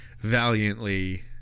valiantly